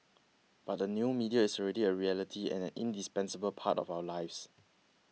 but the new media is already a reality and an indispensable part of our lives